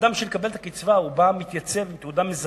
האדם שמקבל את הקצבה מתייצב עם תעודה מזהה,